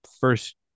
first